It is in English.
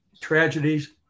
tragedies